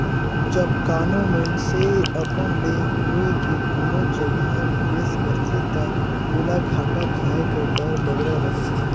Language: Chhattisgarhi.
जब कानो मइनसे अपन ले होए के कोनो जगहा निवेस करथे ता ओला घाटा खाए कर डर बगरा रहथे